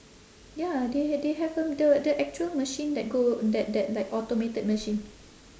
ya they h~ they have a the the actual machine that go that that like automated machine